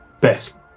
best